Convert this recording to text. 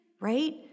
right